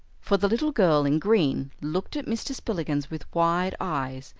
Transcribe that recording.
for the little girl in green looked at mr. spillikins with wide eyes,